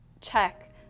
check